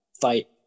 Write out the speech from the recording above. fight